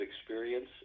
experience